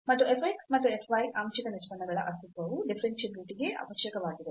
ಮತ್ತು f x ಮತ್ತು f y ಆಂಶಿಕ ನಿಷ್ಪನ್ನಗಳ ಅಸ್ತಿತ್ವವು ಡಿಫರೆನ್ಷಿಯಾಬಿಲಿಟಿ ಗೆ ಅವಶ್ಯಕವಾಗಿದೆ